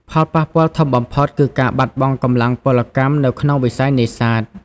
ផលប៉ះពាល់ធំបំផុតគឺការបាត់បង់កម្លាំងពលកម្មនៅក្នុងវិស័យនេសាទ។